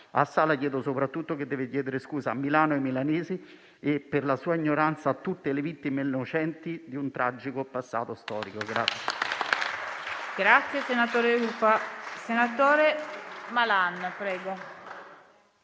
A Sala dico soprattutto di chiedere scusa a Milano, ai milanesi e, per la sua ignoranza, a tutte le vittime innocenti di un tragico passato storico.